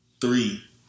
Three